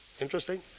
Interesting